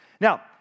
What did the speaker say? Now